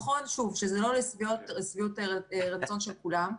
נכון, שוב, שזה לא לשביעות רצון של כולם.